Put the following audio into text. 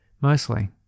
Mostly